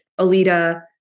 Alita